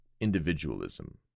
individualism